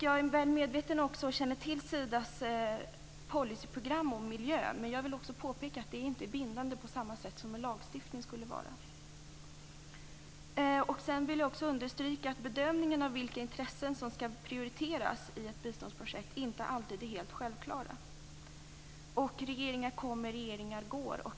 Jag är väl medveten om, och känner till, Sidas policyprogram om miljön, men jag vill påpeka att det inte är bindande på samma sätt som en lagstiftning skulle vara. Jag vill också understryka att bedömningen av vilka intressen som skall prioriteras i ett biståndsprojekt inte alltid är helt självklar. Regeringar kommer och regeringar går.